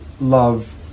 love